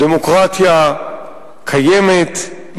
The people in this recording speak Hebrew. דמוקרטיה קיימת,